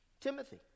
timothy